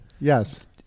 Yes